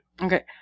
Okay